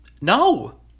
No